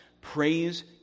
praise